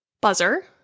buzzer